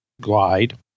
Glide